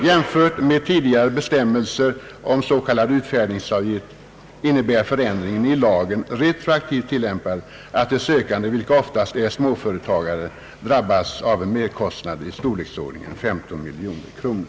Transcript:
Jämfört med tidigare bestämmelser om s.k. utfärdningsavgift innebär förändringen i lagen, retroaktivt tillämpad, att de sökande — vilka oftast är småföretagare — drabbas av en merkostnad av storleksordningen 15 miljoner kronor.